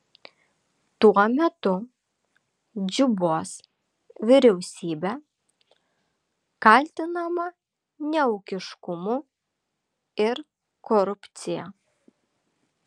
tuo metu džubos vyriausybė kaltinama neūkiškumu ir korupcija